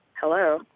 Hello